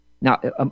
Now